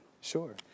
Sure